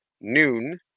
noon